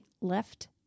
left